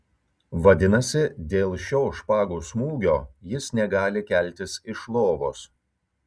vadinasi dėl šio špagos smūgio jis negali keltis iš lovos